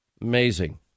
amazing